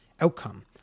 outcome